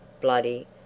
bloody